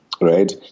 Right